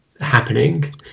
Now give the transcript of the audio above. happening